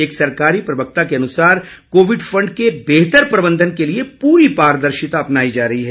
एक सरकारी प्रवक्ता के अनुसार कोविड फंड के बेहतर प्रबंधन के लिए पूरी पारदर्शिता अपनाई जा रही है